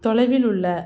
தொலைவில் உள்ள